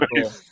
cool